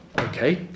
okay